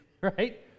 right